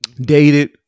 dated